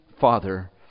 Father